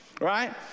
right